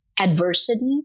adversity